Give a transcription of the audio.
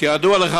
כידוע לך,